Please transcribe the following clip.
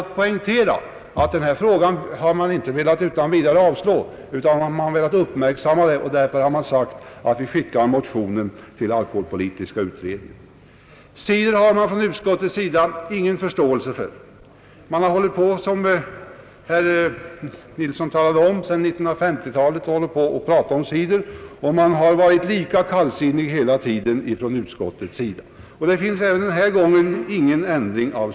Utskottet har inte velat gå på en avslagslinje utan poängterar att frågan bör uppmärksammas och säger därför, att motionen bör överlämnas till alkoholpolitiska utredningen. Cider har utskottet ingen förståelse för. Man har, såsom herr Nilsson nämnde, talat för cider ända sedan 1950 talet, men utskottet har hela tiden varit lika kallsinnigt. Inte heller denna gång har vi haft orsak att ändra uppfattning.